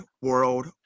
world